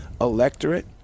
electorate